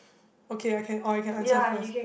okay I can oh you can answer first